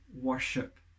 worship